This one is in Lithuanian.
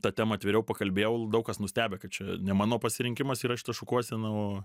ta tema atviriau pakalbėjau daug kas nustebę kad čia ne mano pasirinkimas yra šita šukuosena o